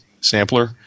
sampler